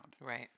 Right